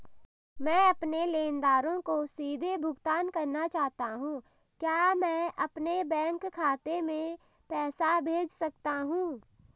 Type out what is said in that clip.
मैं अपने लेनदारों को सीधे भुगतान करना चाहता हूँ क्या मैं अपने बैंक खाते में पैसा भेज सकता हूँ?